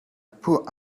put